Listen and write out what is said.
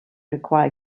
require